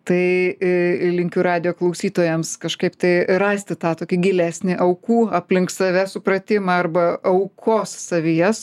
tai linkiu radijo klausytojams kažkaip tai rasti tą tokį gilesnį aukų aplink save supratimą arba aukos savyje